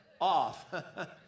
off